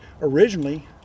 Originally